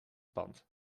pand